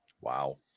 Wow